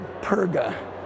Perga